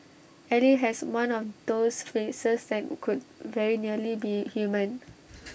ally has one of those faces that could very nearly be human